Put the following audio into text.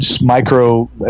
micro